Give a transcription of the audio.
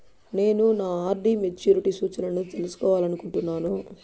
నేను నా RD maturity సూచనలను తెలుసుకోవాలనుకుంటున్నాను